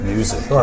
Music